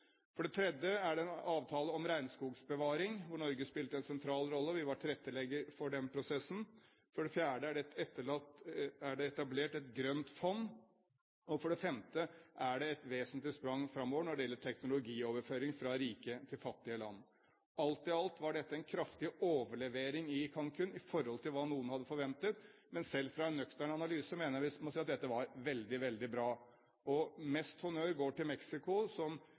For det tredje er det en avtale om regnskogbevaring, hvor Norge spilte en sentral rolle. Vi var tilrettelegger for den prosessen. For det fjerde er det et etablert et grønt fond, og for det femte er det et vesentlig sprang framover når det gjelder teknologioverføring fra rike til fattige land. Alt i alt var dette en kraftig overlevering i Cancún i forhold til hva noen hadde forventet, men selv fra en nøktern analyse må vi si at dette var veldig, veldig bra. Størst honnør går til Mexico,